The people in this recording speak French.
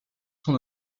son